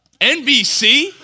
NBC